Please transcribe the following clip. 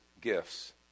gifts